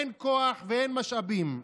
אין כוח ואין משאבים.